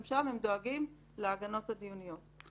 גם שם הם דואגים להגנות הדיוניות,